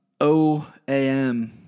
OAM